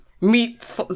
meat